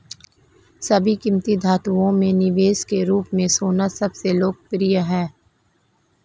सभी कीमती धातुओं में निवेश के रूप में सोना सबसे लोकप्रिय है